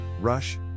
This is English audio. rush